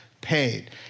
paid